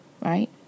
Right